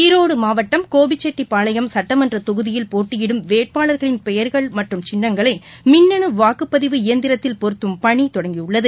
ஈரோடுமாவட்டம் கோபிச்செட்டப்பாளையம் சட்டமன்றதொகுதியில் போட்டியிடும் வேட்பாளர்களின் பெயர்கள் மற்றும் சின்னங்களைமின்னுவாக்குப்பதிவு இயந்திரத்தில் பொருத்தும் பணிதொடங்கியுள்ளது